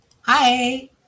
Hi